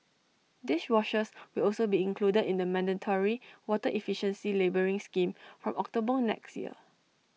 dishwashers will also be included in the mandatory water efficiency labelling scheme from October next year